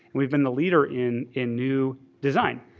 we've been the leader in in new design.